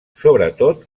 sobretot